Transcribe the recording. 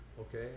Okay